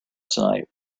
tonight